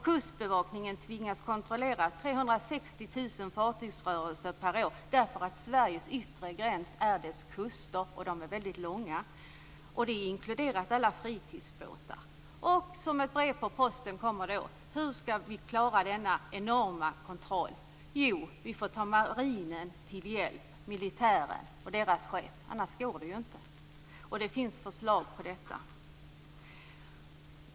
Kustbevakningen tvingas kontrollera 360 000 fartygsrörelser per år eftersom Sveriges yttre gräns är dess kuster, och de är väldigt långa. Då är alla fritidsbåtar inkluderade. Som ett brev på posten kommer då frågan: Hur skall vi klara denna enorma kontroll? Jo, vi får ta marinen, militären och deras chefer till hjälp. Annars går det ju inte. Det finns förslag om detta.